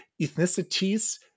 ethnicities